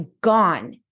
gone